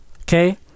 Okay